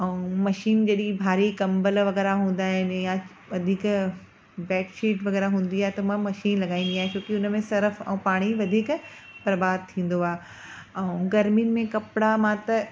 ऐं मशीन जेॾी भारी कंबल वग़ैरह हूंदा आहिनि यां वधीक बेड शीट वेग़ैरह हूंदी आहे त मां मशीन लॻाईंदी आहियां छो की उन में सरफ ऐं पाणी वधीक बर्बाद थींदो आहे ऐं गर्मियिनि में कपिड़ा मां त